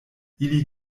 ili